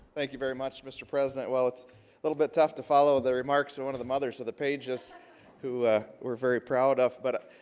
thank you very much mr. president well it's a little bit tough to follow the remarks of so one of the mothers of the pages who were very proud of but